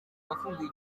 wafunguye